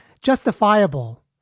justifiable